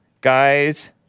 guys